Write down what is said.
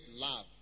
love